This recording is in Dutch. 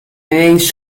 ineens